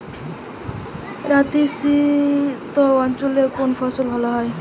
নাতিশীতোষ্ণ অঞ্চলে কোন ফসল ভালো হয়?